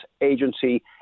agency